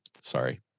sorry